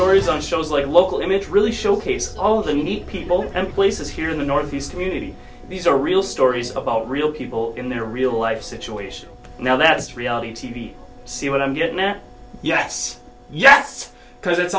stories on shows like local image really showcase all of the unique people and places here in the northeast unity these are real stories about real people in their real life situation now that's reality t v see what i'm getting there yes yes because it's